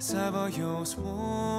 savo jausmų